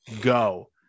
go